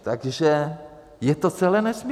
Takže je to celé nesmysl.